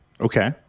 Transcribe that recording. Okay